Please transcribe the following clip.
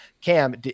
Cam